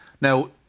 Now